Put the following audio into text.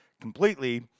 completely